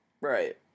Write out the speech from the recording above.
Right